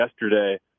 yesterday